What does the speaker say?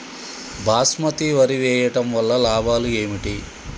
బాస్మతి వరి వేయటం వల్ల లాభాలు ఏమిటి?